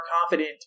confident